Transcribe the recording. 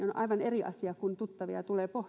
on aivan eri asia kun tuttavia tulee